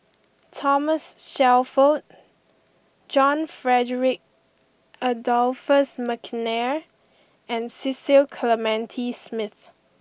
Thomas Shelford John Frederick Adolphus McNair and Cecil Clementi Smith